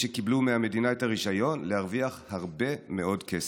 שקיבלו מהמדינה את הרישיון להרוויח הרבה מאוד כסף.